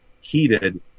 heated